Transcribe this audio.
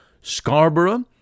Scarborough